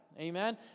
Amen